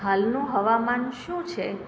હાલનું હવામાન શું છે